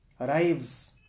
arrives